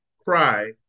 cry